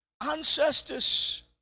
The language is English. ancestors